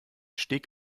steg